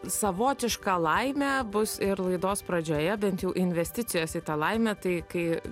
savotiška laimė bus ir laidos pradžioje bent jų investicijos į tą laimę tai kai